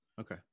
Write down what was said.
Okay